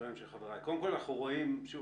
השקענו ומסיימים קבלת